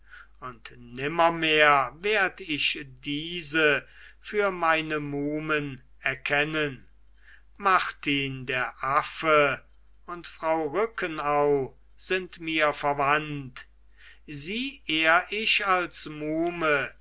und nimmermehr werd ich diese für meine muhmen erkennen martin der affe und frau rückenau sind mir verwandt sie ehr ich als muhme